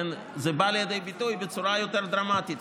זה בא לידי ביטוי בצורה יותר דרמטית,